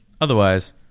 Otherwise